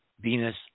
Venus